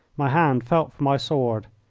my hand felt for my sword,